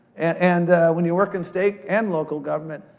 and when you work in state and local government,